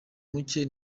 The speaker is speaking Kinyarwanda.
mucye